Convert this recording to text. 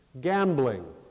gambling